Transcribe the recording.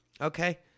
Okay